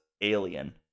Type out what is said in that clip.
alien